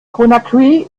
conakry